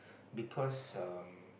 because um